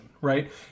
right